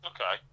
Okay